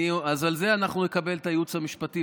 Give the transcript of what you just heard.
אז על זה אנחנו נקבל את הייעוץ המשפטי,